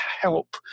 help